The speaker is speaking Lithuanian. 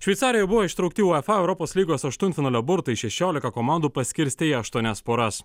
šveicarijoj buvo ištraukti uefa europos lygos aštuntfinalio burtai šešiolika komandų paskirstė į aštuonias poras